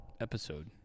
episode